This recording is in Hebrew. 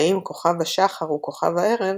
האם כוכב השחר הוא כוכב הערב,